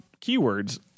keywords